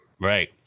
right